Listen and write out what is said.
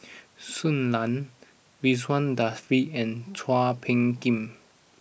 Shui Lan Ridzwan Dzafir and Chua Phung Kim